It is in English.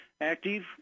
active